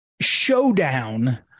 showdown